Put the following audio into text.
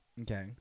Okay